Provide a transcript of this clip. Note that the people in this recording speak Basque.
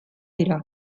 dira